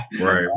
right